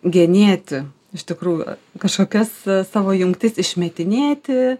genėti iš tikrųjų kažkokias savo jungtis išmetinėti